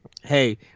Hey